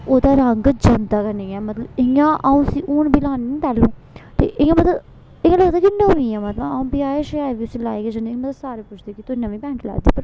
ओह्दा रंग जंदा गै नी ऐ मतलब इ'यां आ'ऊं उसी हून बी लान्नी नी तैलुं ते इ'यां मतलब इ'यां लगदा कि नमीं ऐ मतलब आ'ऊं ब्याएं छयाएं बी उसी लाइयै जन्नी मतलब सारे पुच्छदे तूं नमीं पैंट लैत्ती